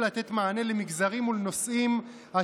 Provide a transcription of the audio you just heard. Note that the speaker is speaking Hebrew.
ייעודיים מחמש שנים לשש שנים,